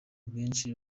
benshi